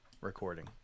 recording